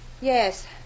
Yes